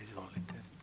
Izvolite.